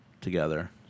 together